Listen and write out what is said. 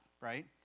right